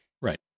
Right